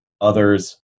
others